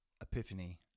epiphany